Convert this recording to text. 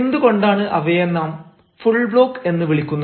എന്തുകൊണ്ടാണ് അവയെ നാം ഫുൾ ബ്ലോക്ക് എന്ന് വിളിക്കുന്നത്